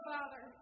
Father